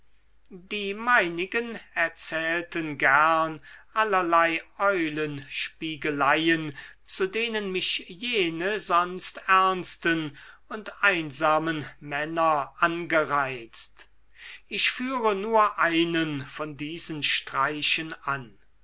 die meinigen erzählten gern allerlei eulenspiegeleien zu denen mich jene sonst ernsten und einsamen männer angereizt ich führe nur einen von diesen streichen an